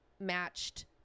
matched